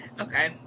okay